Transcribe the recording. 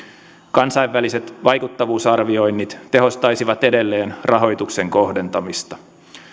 kansainväliset vaikuttavuusarvioinnit tehostaisivat edelleen rahoituksen kohdentamista